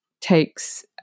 takes